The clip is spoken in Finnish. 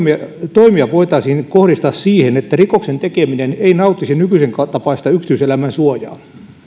toimia voitaisiin kohdistaa siihen että rikoksen tekeminen ei nauttisi nykyisentapaista yksityiselämän suojaa